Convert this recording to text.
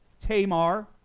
Tamar